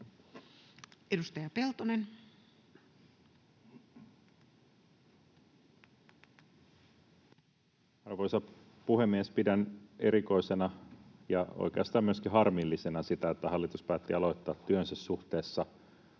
14:13 Content: Arvoisa puhemies! Pidän erikoisena ja oikeastaan myöskin harmillisena sitä, että hallitus päätti aloittaa työnsä suhteessa